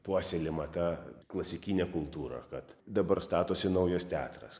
puoselėjama ta klasikinė kultūra kad dabar statosi naujas teatras